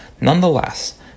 Nonetheless